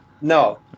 No